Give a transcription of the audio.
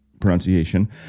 Pronunciation